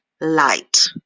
light